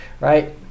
right